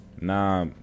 nah